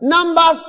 Number